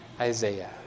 Isaiah